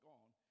gone